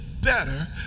better